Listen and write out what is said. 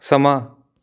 ਸਮਾਂ